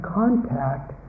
contact